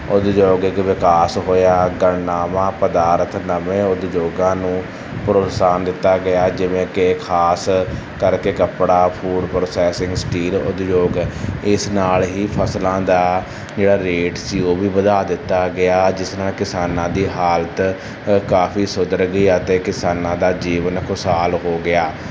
ਉਦਯੋਗਿਕ ਵਿਕਾਸ ਹੋਇਆ ਗਣਨਾਵਾਂ ਪਦਾਰਥ ਨਵੇਂ ਉਦਯੋਗਾਂ ਨੂੰ ਪ੍ਰੋਤਸਾਹਨ ਦਿੱਤਾ ਗਿਆ ਜਿਵੇਂ ਕਿ ਖ਼ਾਸ ਕਰਕੇ ਕੱਪੜਾ ਫੂਡ ਪ੍ਰੋਸੈਸਿੰਗ ਸਟੀਲ ਉਦਯੋਗ ਇਸ ਨਾਲ ਹੀ ਫਸਲਾਂ ਦਾ ਜਿਹੜਾ ਰੇਟ ਸੀ ਉਹ ਵੀ ਵਧਾ ਦਿੱਤਾ ਗਿਆ ਜਿਸ ਨਾਲ ਕਿਸਾਨਾਂ ਦੀ ਹਾਲਤ ਕਾਫ਼ੀ ਸੁਧਰ ਗਈ ਅਤੇ ਕਿਸਾਨਾਂ ਦਾ ਜੀਵਨ ਖੁਸ਼ਹਾਲ ਹੋ ਗਿਆ